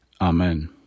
Amen